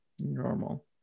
normal